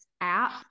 app